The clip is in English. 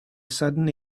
sudden